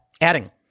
adding